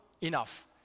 enough